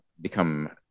become